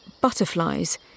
Butterflies